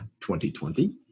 2020